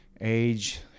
age